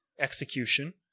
execution